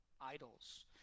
idols